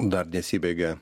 dar nesibaigė